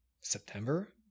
September